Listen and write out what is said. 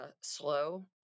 slow